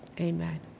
Amen